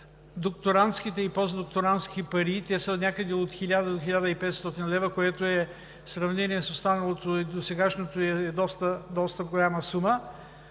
докторантските и постдокторантските пари – те са някъде от 1000 до 1500 лв., което в сравнение с останалото и досегашното е доста голяма сума,